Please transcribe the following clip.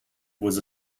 was